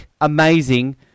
amazing